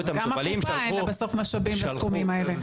גם לקופה אין משאבים בסוף לסכומים כאלה.